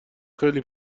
خیلی